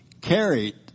carried